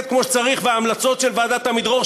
כמו שצריך וההמלצות של ועדת עמידרור,